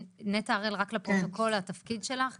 נטע הראל רק את התפקיד שלך לפרוטוקול.